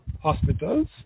hospitals